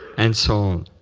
and so on.